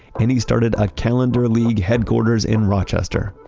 and he started a calendar league headquarters in rochester,